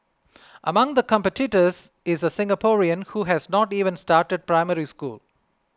among the competitors is a Singaporean who has not even started Primary School